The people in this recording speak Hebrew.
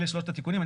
אלה שלושת התיקונים.